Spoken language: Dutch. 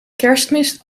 kerstmis